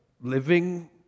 living